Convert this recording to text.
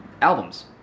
albums